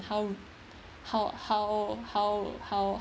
how how how how how